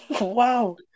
wow